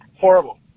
horrible